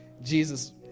Jesus